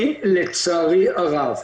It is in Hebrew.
אני, לצערי הרב